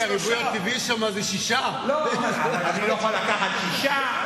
כי הריבוי הטבעי שם זה 6%. אבל אני לא יכול לקחת 6%,